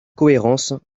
cohérence